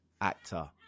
actor